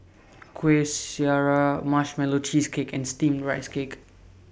Kuih Syara Marshmallow Cheesecake and Steamed Rice Cake